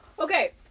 Okay